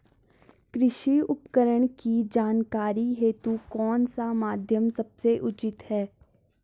कृषि उपकरण की जानकारी हेतु कौन सा माध्यम सबसे उचित है?